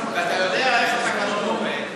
ואתה יודע איך התקנון עובד.